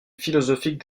philosophique